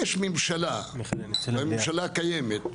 יש ממשלה, הממשלה קיימת,